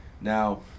now